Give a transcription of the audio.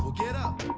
get up!